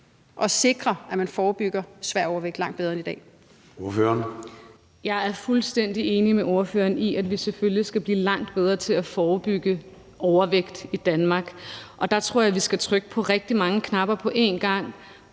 (Søren Gade): Ordføreren. Kl. 10:52 Monika Rubin (M): Jeg er fuldstændig enig med ordføreren i, at vi selvfølgelig skal blive langt bedre til at forebygge overvægt i Danmark, og der tror jeg, vi skal trykke på rigtig mange knapper på en gang.